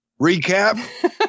recap